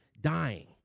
dying